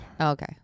Okay